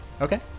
okay